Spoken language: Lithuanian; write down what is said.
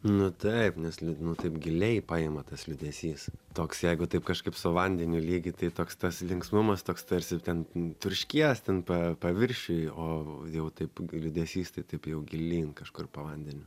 nu taip nes li nu taip giliai paima tas liūdesys toks jeigu taip kažkaip su vandeniu lygyt toks tas linksmumas toks tarsi ten turškies ten pa paviršiuj o jau taip liūdesys tai taip jau gilyn kažkur po vandeniu